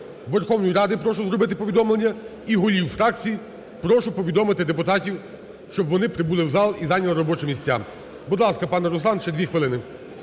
Верховної Ради прошу зробити повідомлення і голів фракцій, прошу повідомити депутатів, щоб вони прибули в зал і зайняли робочі місця. Будь ласка, пане Руслан, ще дві хвилини.